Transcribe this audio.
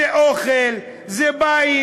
זה אוכל, זה בית,